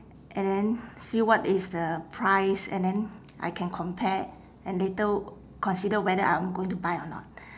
and then see what is the price and then I can compare and later consider whether I'm going to buy or not